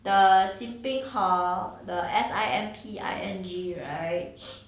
the simping hor the S I M P I N G right